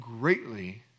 greatly